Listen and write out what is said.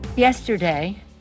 Yesterday